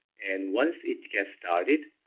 and once it gets started,